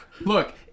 Look